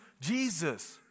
Jesus